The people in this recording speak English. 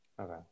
Okay